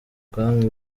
bwami